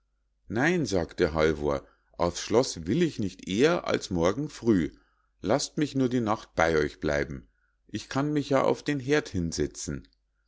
nein sagte halvor auf's schloß will ich nicht eher als morgen früh lasst mich nur die nacht bei euch bleiben ich kann mich ja auf den herd hinsetzen